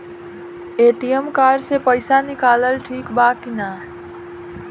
ATM card से पईसा निकालल ठीक बा की ना?